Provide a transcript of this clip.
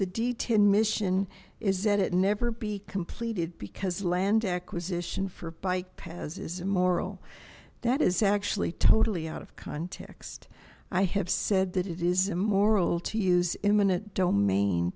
the detain mission is that it never be completed because land acquisition for bike paths is a moral that is actually totally out of context i have said that it is immoral to use imminent domain